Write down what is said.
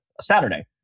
Saturday